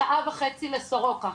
שעה וחצי לסורוקה.